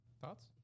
Thoughts